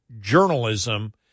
journalism